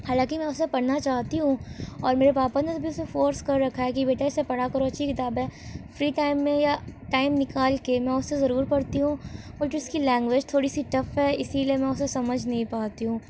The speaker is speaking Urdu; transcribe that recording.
حالانکہ میں اسے پڑھنا چاہتی ہوں اور میرے پاپا نے بھی اسے فورس کر رکھا ہے کہ بیٹا اسے پڑھا کرو اچھی کتاب ہے فری ٹائم میں یا ٹائم نکال کے میں اسے ضرور پڑھتی ہوں اور جو اس کی لینگویج تھوڑی سی ٹف ہے اسی لیے میں اسے سمجھ نہیں پاتی ہوں